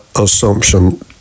assumption